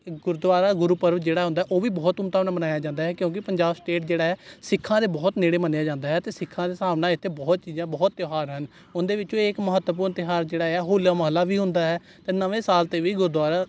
ਗੁਰਦੁਆਰਾ ਗੁਰੂਪੁਰਬ ਜਿਹੜਾ ਹੁੰਦਾ ਉਹ ਵੀ ਬਹੁਤ ਧੂਮ ਧਾਮ ਨਾਲ ਮਨਾਇਆ ਜਾਂਦਾ ਹੈ ਕਿਉਂਕਿ ਪੰਜਾਬ ਸਟੇਟ ਜਿਹੜਾ ਹੈ ਸਿੱਖਾਂ ਦੇ ਬਹੁਤ ਨੇੜੇ ਮੰਨਿਆ ਜਾਂਦਾ ਹੈ ਅਤੇ ਸਿੱਖਾਂ ਦੇ ਹਿਸਾਬ ਨਾਲ ਇੱਥੇ ਬਹੁਤ ਚੀਜ਼ਾਂ ਬਹੁਤ ਤਿਉਹਾਰ ਹਨ ਉਨਦੇ ਵਿੱਚੋਂ ਇੱਕ ਮਹੱਤਵਪੂਰਨ ਤਿਉਹਾਰ ਜਿਹੜਾ ਹੈ ਹੋਲਾ ਮਹੱਲਾ ਵੀ ਹੁੰਦਾ ਹੈ ਅਤੇ ਨਵੇਂ ਸਾਲ 'ਤੇ ਵੀ ਗੁਰਦੁਆਰਾ